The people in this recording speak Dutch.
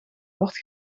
wordt